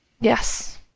Yes